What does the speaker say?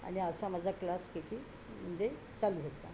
आणि असा माझा क्लास काय की म्हणजे चालू होता